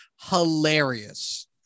hilarious